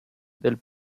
del